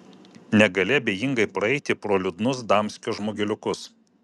negali abejingai praeiti pro liūdnus damskio žmogeliukus